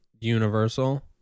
universal